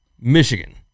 Michigan